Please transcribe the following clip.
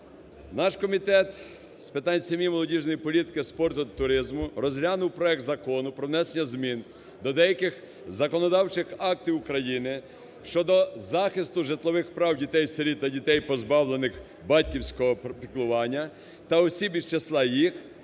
Наш Комітет з питань сім'ї, молодіжної політики, спорту та туризму розглянув проект Закону про внесення змін до деяких законодавчих актів України щодо захисту житлових прав дітей-сиріт та дітей, позбавлених батьківського піклування, та осіб з їх числа,